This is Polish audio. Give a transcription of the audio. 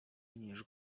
niż